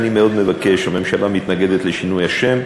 אני מאוד מבקש: הממשלה מתנגדת לשינוי השם,